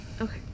Okay